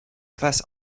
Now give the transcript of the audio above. face